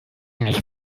nicht